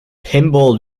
pinball